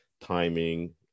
timing